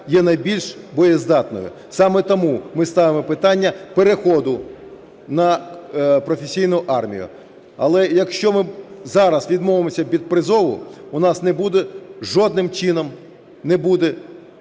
є найбільш боєздатною, саме тому ми ставимо питання переходу на професійну армію. Але якщо ми зараз відмовимося від призову, у нас не буде жодним чином